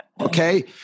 Okay